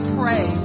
pray